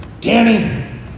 Danny